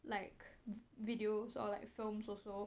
like videos or like films also